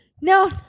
No